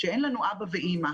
אנחנו מרגישים שאין לו אבא ואימא.